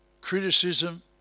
criticism